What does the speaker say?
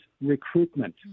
recruitment